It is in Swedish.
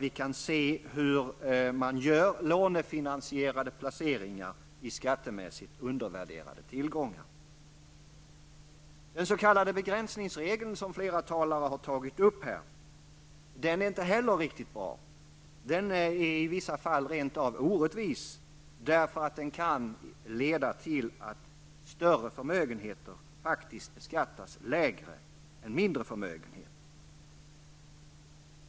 Vi kan se hur man gör lånefinansierade placeringar i skattemässigt undervärderade tillgångar. Den s.k. begränsningsregeln som flera talare har berört är inte heller riktigt bra. Den är i vissa fall rent av orättvis -- den kan leda till att större förmögenheter beskattas lägre än mindre förmögenheter.